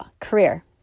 career